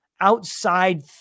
outside